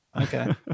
Okay